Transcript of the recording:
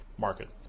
Market